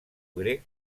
grec